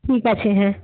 ঠিক আছে হ্যাঁ